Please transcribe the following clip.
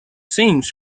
seems